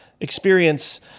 experience